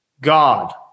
God